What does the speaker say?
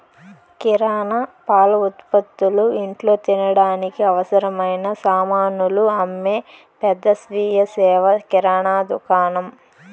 కిరణా, పాల ఉత్పతులు, ఇంట్లో తినడానికి అవసరమైన సామానులు అమ్మే పెద్ద స్వీయ సేవ కిరణా దుకాణం